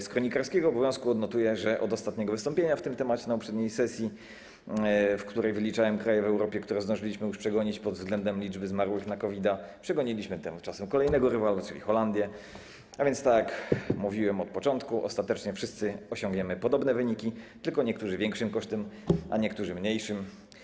Z kronikarskiego obowiązku odnotuję, że od ostatniego wystąpienia na ten temat w czasie poprzedniej sesji, w którym wyliczałem kraje w Europie, które zdążyliśmy już przegonić pod względem liczby zmarłych na COVID, przegoniliśmy kolejnego rywala, czyli Holandię, a więc tak jak mówiłem od początku, ostatecznie wszyscy osiągniemy podobne wyniki, tylko niektórzy kosztem większym, a niektórzy mniejszym.